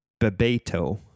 Bebeto